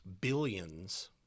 billions